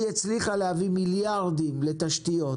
היא הצליחה להביא מיליארדים לתשתיות,